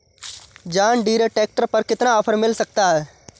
John Deere tractor पर कितना offer मिल सकता है?